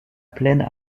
plaine